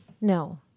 no